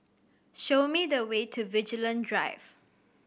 show me the way to Vigilante Drive